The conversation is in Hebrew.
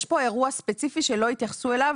יש כאן אירוע ספציפי שלא התייחסו אליו